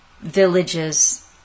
villages